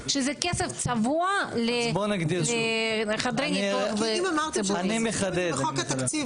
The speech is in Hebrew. שזה כסף צבוע לחדרי ניתוח במערכת הציבורית?